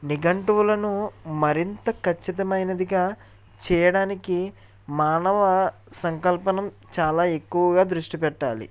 నిగంటువులను మరింత ఖచ్చితమైనదిగా చేయడానికి మానవ సంకల్పం చాలా ఎక్కువగా దృష్టి పెట్టాలి